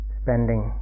spending